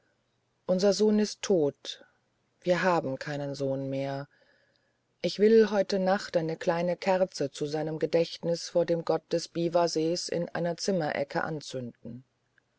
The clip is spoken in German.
unser sohn ist tot wir haben keinen sohn mehr ich will heute nacht eine kleine kerze zu seinem gedächtnis vor dem gott des biwasees in einer zimmerecke anzünden